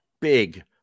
big